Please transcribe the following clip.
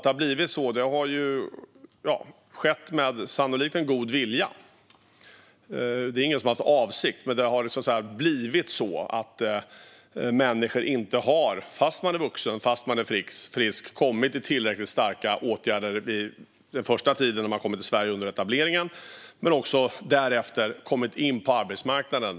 Det har blivit så trots god vilja. Det är ingen som har haft detta som avsikt, men det har blivit så att människor, trots att de varit vuxna och friska, inte har kommit i tillräckligt starka åtgärder under sin första tid - under etableringen - i Sverige. Därefter har de heller inte kommit in på arbetsmarknaden.